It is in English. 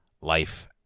life